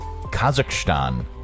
Kazakhstan